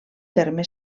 terme